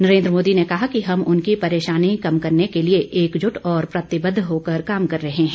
नरेन्द्र मोदी ने कहा कि हम उनकी परेशानी कम करने के लिए एकजुट और प्रतिबद्ध होकर काम कर रहे हैं